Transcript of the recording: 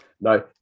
no